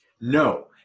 No